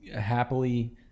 happily